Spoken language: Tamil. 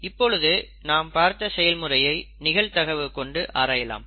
இப்பொழுது நாம் பார்த்த செயல்முறையை நிகழ்தகவு கொண்டு ஆராயலாம்